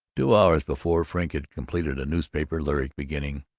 two hours before, frink had completed a newspaper lyric beginning